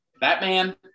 Batman